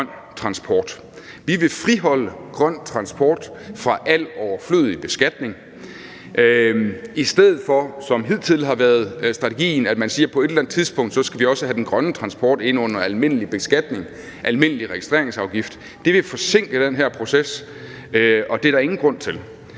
Vi vil friholde grøn transport fra al overflødig beskatning, i stedet for at man, som det hele tiden har været strategien, siger, at på et eller andet tidspunkt skal vi også have den grønne transport ind under almindelig beskatning, almindelig registreringsafgift – for det vil forsinke den her proces, og det er der ingen grund til.